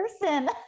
person